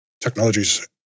technologies